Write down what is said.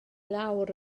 lawr